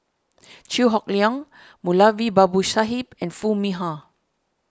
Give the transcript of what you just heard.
Chew Hock Leong Moulavi Babu Sahib and Foo Mee Har